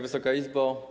Wysoka Izbo!